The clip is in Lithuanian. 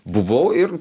buvau ir